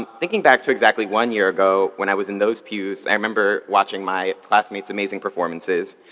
thinking back to exactly one year ago when i was in those pews, i remember watching my classmates' amazing performances,